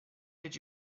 did